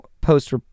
Post